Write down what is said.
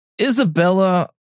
Isabella